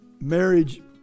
marriage